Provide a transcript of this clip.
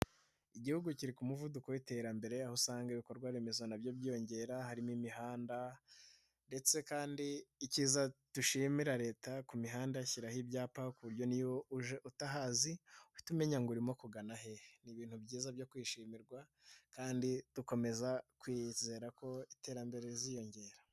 Igihugu kiri ku muvuduko w'iterambere aho usanga ibikorwa remezo na byo byiyongera harimo imihanda, ndetse kandi ibyiza dushimira Leta, ku mihanda ishyiraho ibyapa ku buryo utahazi uhita umenya ngo urimo kugana he, ni ibintu byiza byo kwishimirwa kandi dukomeza kwizera ko iterambere riziyongera.